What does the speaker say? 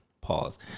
Pause